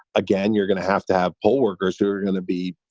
again, you're going to have to have poll workers who are going to be,